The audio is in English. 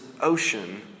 ocean